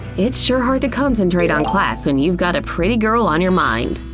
it's sure hard to concentrate on class when you've got a pretty girl on your mind.